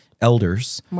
elders